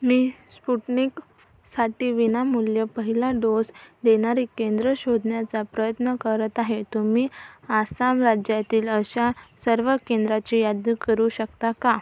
मी स्पुटनिकसाठी विनामूल्य पहिला डोस देणारे केंद्र शोधण्याचा प्रयत्न करत आहे तुम्ही आसाम राज्यातील अशा सर्व केंद्राची यादी करू शकता का